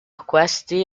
questi